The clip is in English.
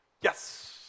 Yes